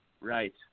Right